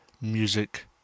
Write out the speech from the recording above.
music